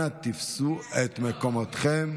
אנא תפסו את מקומותיכם.